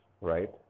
right